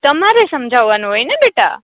તમારે સમઝાવવાનું હોયને બેટા